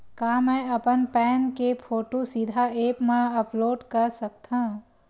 का मैं अपन पैन के फोटू सीधा ऐप मा अपलोड कर सकथव?